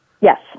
Yes